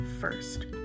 first